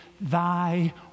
Thy